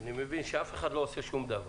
אני מבין שאף אחד לא עושה שום דבר.